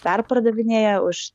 perpardavinėja už